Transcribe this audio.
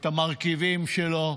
את המרכיבים שלו,